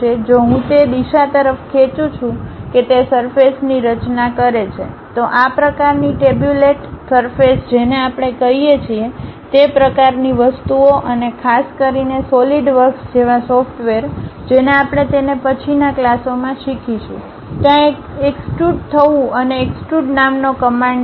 જો હું તે દિશા તરફ ખેંચું છું કે તે સરફેસ ની રચના કરે છે તો આ પ્રકારની ટેબ્યુલેટ સરફેસ જેને આપણે કહીએ છીએ તે પ્રકારની વસ્તુઓ અને ખાસ કરીને સોલિડ વર્કસ જેવા સોફ્ટવેર જેને આપણે તેને પછીના ક્લાસોમાં શીખીશું ત્યાં એક એક્સટુડ થવું અથવા એક્સટુડ નામનો કમાન્ડ છે